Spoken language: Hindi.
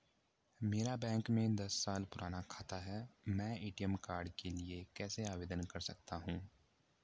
मेरा बैंक में दस साल पुराना खाता है मैं ए.टी.एम कार्ड के लिए कैसे आवेदन कर सकता हूँ?